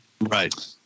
Right